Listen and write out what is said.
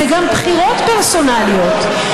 זה גם בחירות פרסונליות,